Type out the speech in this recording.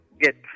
get